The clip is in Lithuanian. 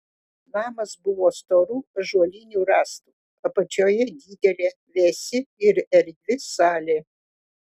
namas buvo storų ąžuolinių rąstų apačioje didelė vėsi ir erdvi salė